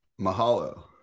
Mahalo